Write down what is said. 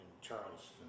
Charleston